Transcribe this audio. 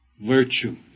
virtue